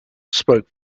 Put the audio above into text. spoke